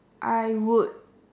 I would